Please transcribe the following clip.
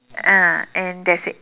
ah and that's it